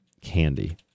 candy